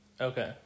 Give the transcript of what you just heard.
Okay